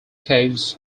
caves